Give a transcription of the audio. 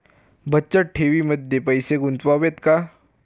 बचत ठेवीमध्ये पैसे गुंतवावे का?